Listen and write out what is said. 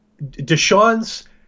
Deshaun's